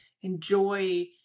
enjoy